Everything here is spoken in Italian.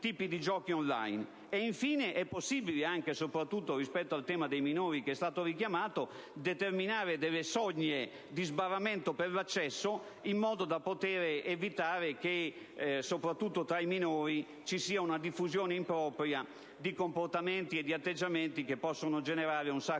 inoltre possibile determinare, soprattutto rispetto al tema dei minori, che è stato richiamato, delle soglie di sbarramento per l'accesso, in modo da evitare che, in particolare tra i minori, vi sia una diffusione impropria di comportamenti e di atteggiamenti che possono generare un sacco di complicanze.